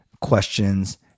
questions